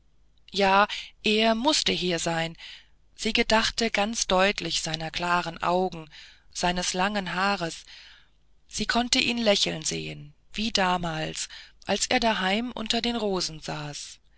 ja er mußte hier sein sie gedachte ganz deutlich seiner klaren augen seines langen haares sie konnte ihn lächeln sehen wie damals als sie daheim unter den rosen saßen